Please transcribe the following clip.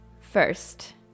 First